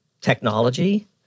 technology